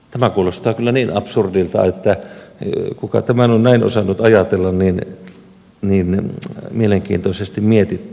tämä kuulostaa kyllä niin absurdilta että kuka tämän on näin osannut ajatella niin mielenkiintoisesti mietitty